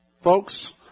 Folks